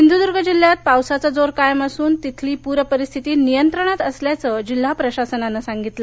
सिंधुदर्ग जिल्ह्यात पावसाचा जोर कायम असून तिथली पूर परिस्थिती नियंत्रणात असल्याचं जिल्हा प्रशासनानं सांगितलं